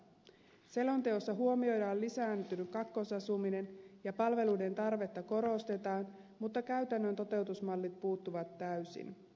selonteossa huomioidaan lisääntynyt kakkosasuminen ja palveluiden tarvetta korostetaan mutta käytännön toteutusmallit puuttuvat täysin